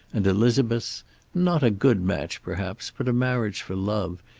and elizabeth not a good match, perhaps, but a marriage for love,